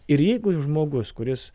ir jeigu žmogus kuris